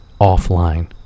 offline